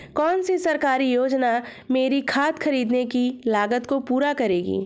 कौन सी सरकारी योजना मेरी खाद खरीदने की लागत को पूरा करेगी?